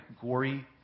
gory